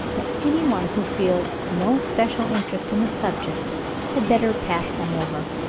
that any one who feels no especial interest in the subject had better pass them over.